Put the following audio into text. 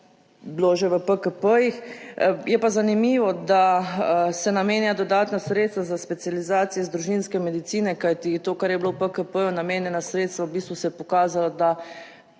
bilo že v PKP-jih. Je pa zanimivo, da se namenja dodatna sredstva za specializacije iz družinske medicine, kajti to, kar je bilo v PKP namenjena sredstva, v bistvu se je pokazalo, da